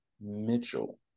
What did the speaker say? Mitchell